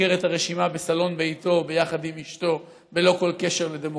שסוגר את הרשימה בסלון ביתו ביחד עם אשתו בלא כל קשר לדמוקרטיה.